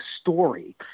story